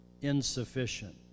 insufficient